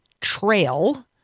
Trail